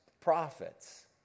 prophets